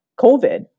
COVID